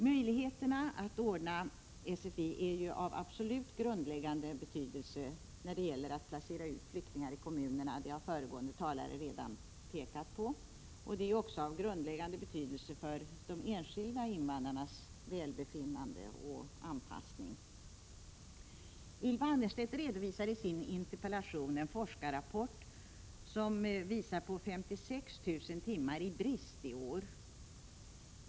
Möjligheterna att ordna SFI är av absolut grundläggande betydelse när det gäller att placera ut flyktingar i kommunerna, vilket också föregående talare redan har pekat på. SFI har också grundläggande betydelse för de enskilda invandrarnas välbefinnande och anpassning. Ylva Annerstedt redovisar i sin interpellation en forskarrapport som visar på en brist om 56 000 timmar i år.